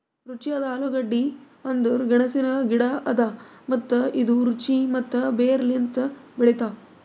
ರುಚಿಯಾದ ಆಲೂಗಡ್ಡಿ ಅಂದುರ್ ಗೆಣಸಿನ ಗಿಡ ಅದಾ ಮತ್ತ ಇದು ರುಚಿ ಮತ್ತ ಬೇರ್ ಲಿಂತ್ ಬೆಳಿತಾವ್